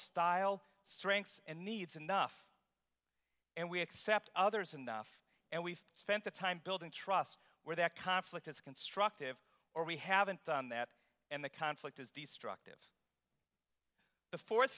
style strengths and needs enough and we accept others in them and we've spent the time building trust where that conflict is constructive or we haven't done that and the conflict is destructive the fourth